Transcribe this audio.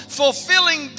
fulfilling